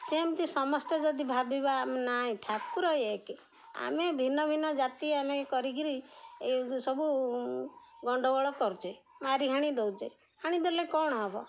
ସେମିତି ସମସ୍ତେ ଯଦି ଭାବିବା ନାଇଁ ଠାକୁର ଏକେ ଆମେ ଭିନ୍ନ ଭିନ୍ନ ଜାତି ଆମେ କରିକିରି ଏଇ ସବୁ ଗଣ୍ଡଗୋଳ କରୁଛେ ମାରି ହାଣି ଦଉଛେ ହାଣି ଦେଲେ କ'ଣ ହବ